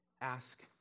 ask